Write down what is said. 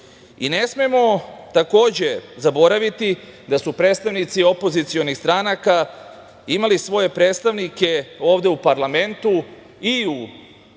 ne smemo zaboraviti da su predstavnici opozicionih stranaka imali svoje predstavnike ovde u parlamentu i u sali